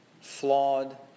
flawed